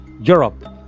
Europe